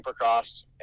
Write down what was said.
Supercross